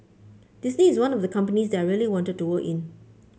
Disney is one of the companies that I really wanted to work in